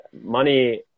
money